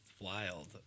wild